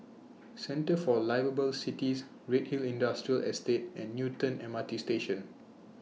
Centre For Liveable Cities Redhill Industrial Estate and Newton M R T Station